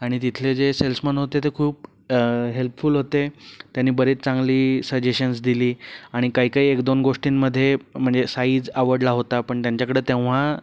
आणि तिथले जे सेल्समन होते ते खूप हेल्पफुल होते त्यांनी बरीच चांगली सजेशन्स दिली आणि काही काही एक दोन गोष्टींमध्ये म्हणजे साईज आवडला होता पण त्यांच्याकडं तेंव्हा